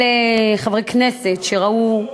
אלה חברי כנסת שראו,